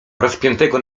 rozpiętego